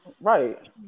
right